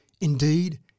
Indeed